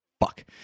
Fuck